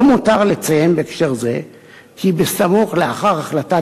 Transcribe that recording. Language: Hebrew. לא למותר לציין בהקשר זה כי בסמוך לאחר החלטת